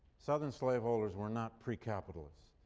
southern slave-holders were not pre-capitalists.